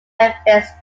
memphis